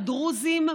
על דרוזים,